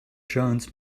jones